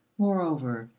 moreover,